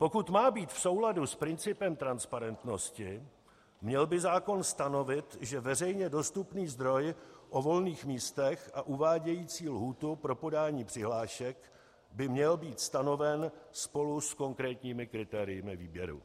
Pokud má být v souladu s principem transparentnosti, měl by zákon stanovit, že veřejně dostupný zdroj o volných místech a uvádějící lhůtu pro podání přihlášek by měl být stanoven spolu s konkrétními kritérii výběru.